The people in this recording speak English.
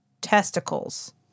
testicles